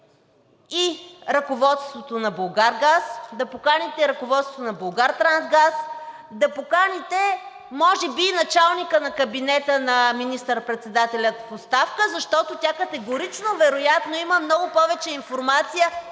и ръководството на „Булгаргаз“, да поканите ръководството на „Булгартрансгаз“, да поканите може би и началника на кабинета на министър-председателя в оставка, защото тя категорично вероятно има много повече информация